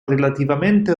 relativamente